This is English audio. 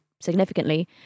significantly